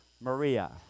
Maria